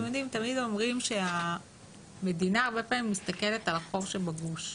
תמיד אומרים שהמדינה הרבה פעמים מסתכל על החור שבגוש,